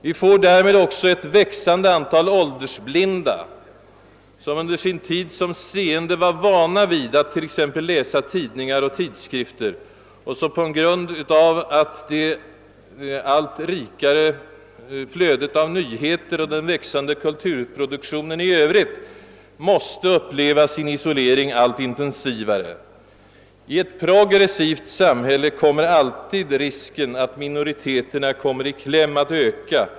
Vi får därmed också ett växande antal »åldersblinda», som under sin tid som seende var vana vid att t.ex. läsa tidningar och tidskrifter och som på grund av det allt rikare flödet av nyheter och den växande kulturproduktionen i övrigt måste uppleva sin isolering allt intensivare. I ett progressivt samhälle kommer alltid risken att minoriteterna kommer i kläm att öka.